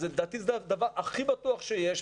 לדעתי זה הדבר הכי בטוח שיש,